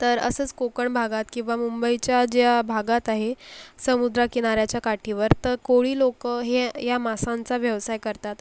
तर असंच कोकण भागात किंवा मुंबईच्या ज्या भागात आहे समुद्र किनाऱ्याच्या काठीवर तर कोळी लोक हे या मासांचा व्यवसाय करतात